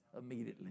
immediately